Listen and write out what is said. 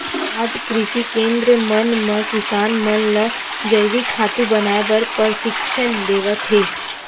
आज कृषि केंद्र मन म किसान मन ल जइविक खातू बनाए बर परसिक्छन देवत हे